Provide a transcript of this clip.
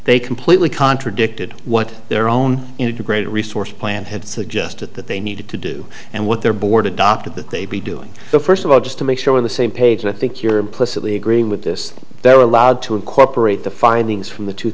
they completely contradicted what their own integrated resource plan had suggested that they needed to do and what their board adopted that they'd be doing first of all just to make sure the same page i think you're implicitly agreeing with this they're allowed to incorporate the findings from the two